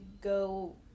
go